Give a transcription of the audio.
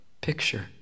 picture